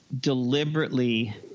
deliberately